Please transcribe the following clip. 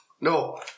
No